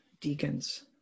deacons